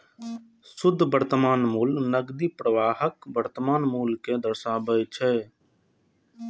शुद्ध वर्तमान मूल्य नकदी प्रवाहक वर्तमान मूल्य कें दर्शाबै छै